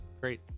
Great